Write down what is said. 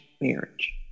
marriage